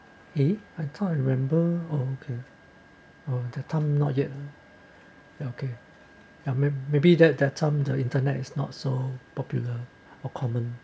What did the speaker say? eh I can't remember okay oh that time not yet ya okay maybe that that time the internet is not so popular or common